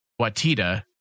Watita